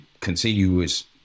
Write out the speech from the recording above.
continuous